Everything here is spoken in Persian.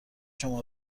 شما